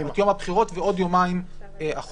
זאת אומרת יום הבחירות ועוד יומיים אחורה,